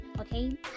Okay